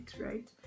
right